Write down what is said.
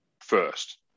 first